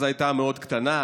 אז היא הייתה מאוד קטנה.